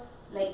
hmm